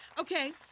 Okay